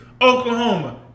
Oklahoma